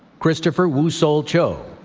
christopher woosol cho,